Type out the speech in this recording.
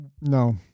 No